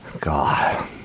God